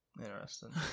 Interesting